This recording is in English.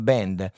Band